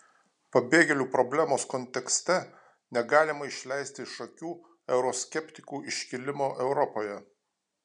pabėgėlių problemos kontekste negalima išleisti iš akių euroskeptikų iškilimo europoje